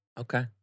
Okay